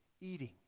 Eating